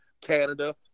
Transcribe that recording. Canada